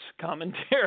commentary